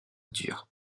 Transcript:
dure